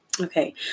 Okay